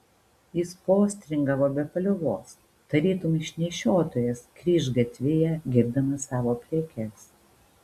jis postringavo be paliovos tarytum išnešiotojas kryžgatvyje girdamas savo prekes